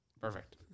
Perfect